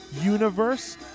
universe